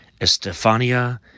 Estefania